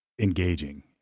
engaging